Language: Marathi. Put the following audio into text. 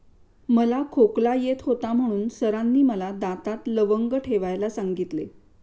मला खोकला येत होता म्हणून सरांनी मला दातात लवंग ठेवायला सांगितले